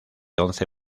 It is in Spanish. once